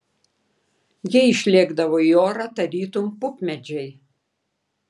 jie išlėkdavo į orą tarytum pupmedžiai